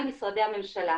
שמורכב מכלל משרדי הממשלה.